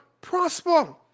prosper